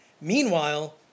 Meanwhile